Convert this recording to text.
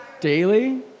daily